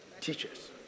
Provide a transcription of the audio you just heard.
teachers